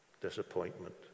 disappointment